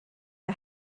are